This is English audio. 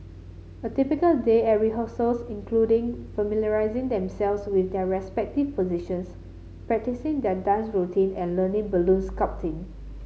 a typical day at rehearsals including familiarising themselves with their respective positions practising their dance routine and learning balloon sculpting